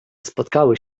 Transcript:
spotkały